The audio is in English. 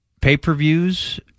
Pay-per-views